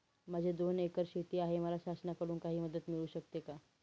माझी दोन एकर शेती आहे, मला शासनाकडून काही मदत मिळू शकते का?